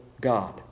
God